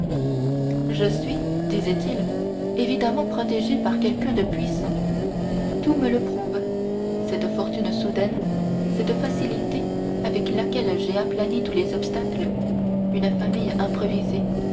je suis disait-il évidemment protégé par quelqu'un de puissant tout me le prouve cette fortune soudaine cette facilité avec laquelle j'ai aplani tous les obstacles une famille improvisée